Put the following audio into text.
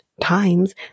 times